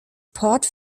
port